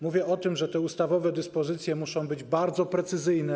Mówię o tym, że ustawowe dyspozycje muszą być bardzo precyzyjne.